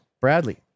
Bradley